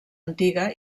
antiga